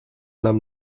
нам